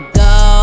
go